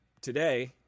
Today